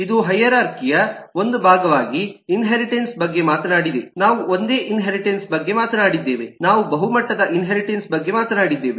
ಇದು ಹೈರಾರ್ಖಿ ಯ ಒಂದು ಭಾಗವಾಗಿ ಇನ್ಹೇರಿಟನ್ಸ್ ಬಗ್ಗೆ ಮಾತನಾಡಿದೆನಾವು ಒಂದೇ ಇನ್ಹೇರಿಟನ್ಸ್ ಬಗ್ಗೆ ಮಾತನಾಡಿದ್ದೇವೆ ನಾವು ಬಹುಮಟ್ಟದ ಇನ್ಹೇರಿಟನ್ಸ್ ಬಗ್ಗೆ ಮಾತನಾಡಿದ್ದೇವೆ